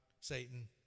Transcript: Satan